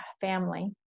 family